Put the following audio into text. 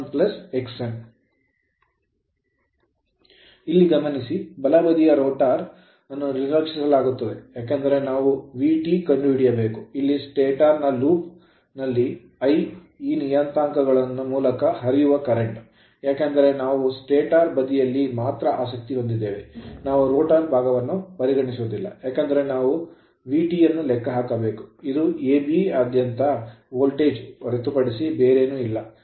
ಇಲ್ಲಿ ಗಮನಿಸಿ ಬಲಬದಿಯ rotor ರೋಟರ್ ನ್ನು ನಿರ್ಲಕ್ಷಿಸಲಾಗುತ್ತದೆ ಏಕೆಂದರೆ ನಾವು VT ಕಂಡುಹಿಡಿಯಬೇಕು ಇಲ್ಲಿ stator ಸ್ಟಾಟರ್ ನ loop ಲೂಪ್ ನಲ್ಲಿ I ಈ ನಿಯತಾಂಕಗಳ ಮೂಲಕ ಹರಿಯುವ current ಕರೆಂಟ್ ಏಕೆಂದರೆ ನಾವು stator ಸ್ಟಾಟರ್ ಬದಿಯಲ್ಲಿ ಮಾತ್ರ ಆಸಕ್ತಿ ಹೊಂದಿದ್ದೇವೆ ನಾವು ರೋಟರ್ ಭಾಗವನ್ನು ಪರಿಗಣಿಸುವುದಿಲ್ಲ ಏಕೆಂದರೆ ನಾವು VT ಯನ್ನು ಲೆಕ್ಕಹಾಕಬೇಕು ಇದು a b ಯಾದ್ಯಂತ ವೋಲ್ಟೇಜ್ ಹೊರತುಪಡಿಸಿ ಬೇರೇನೂ ಅಲ್ಲ ಅದು Va b